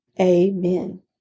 Amen